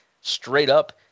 straight-up